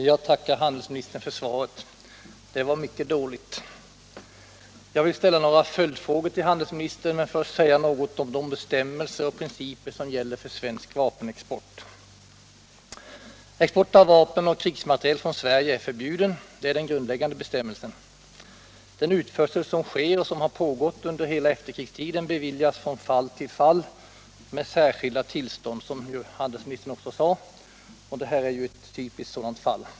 Herr talman! Jag tackar för svaret. Det var mycket dåligt! Jag vill ställa några följdfrågor till handelsministern men önskar först säga något om de bestämmelser och principer som gäller för svensk vapenexport. Export av vapen och krigsmateriel från Sverige är förbjuden, det är den grundläggande bestämmelsen. Den utförsel som sker och som har pågått under hela efterkrigstiden beviljas från fall till fall med särskilda tillstånd, som ju handelsministern: också sade. Det här är ett typiskt sådant fall.